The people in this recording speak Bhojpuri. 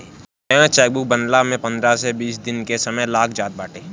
नया चेकबुक बनला में पंद्रह से बीस दिन के समय लाग जात बाटे